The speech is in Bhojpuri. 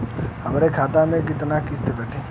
हमरे खाता से कितना किस्त कटी?